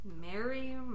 Mary